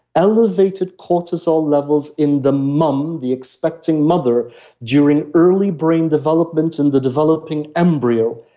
elevated cortisol levels in the mum, the expecting mother during early brain development in the developing embryo.